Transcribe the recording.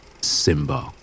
Simba